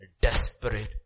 desperate